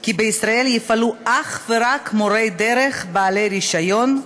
כי בישראל יפעלו אך ורק מורי דרך בעלי רישיון.